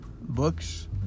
books